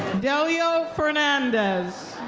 delio fernandez.